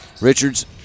Richards